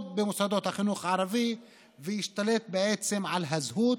במוסדות החינוך הערבי וישתלט בעצם על הזהות,